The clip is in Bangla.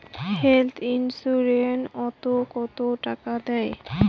হেল্থ ইন্সুরেন্স ওত কত টাকা দেয়?